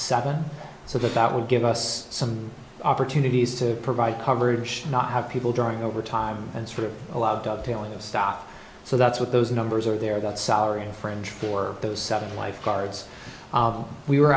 seven so that that would give us some opportunities to provide coverage not have people during overtime and sort of a lot of dovetailing stuff so that's what those numbers are there that salary fringe for those seven lifeguards we were